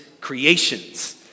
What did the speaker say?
creations